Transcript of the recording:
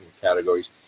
categories